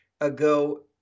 ago